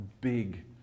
big